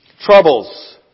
Troubles